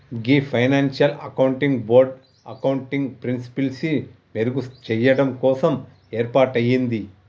గీ financial accounting board accounting ప్రిన్సిపిల్సి మెరుగు చెయ్యడం కోసం ఏర్పాటయింది